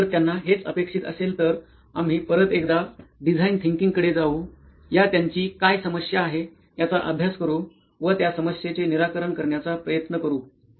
जर त्यांना हेच अपेक्षित असेल तर आम्ही परत एकदा डिझाईन थिंकींग कडे जाऊ या त्यांची काय समस्या आहे याचा अभ्यास करू व त्या समस्येचं निराकरण करण्याचा प्रयत्न करू